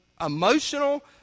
emotional